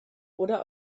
oder